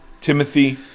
Timothy